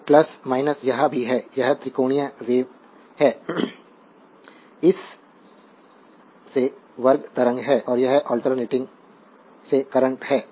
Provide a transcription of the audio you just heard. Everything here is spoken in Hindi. तो यह भी है यह त्रिकोणीय वेव है इस से वर्ग तरंग है यह भी अल्टेरनेटिंग अल्टेरनेटिंग से करंट है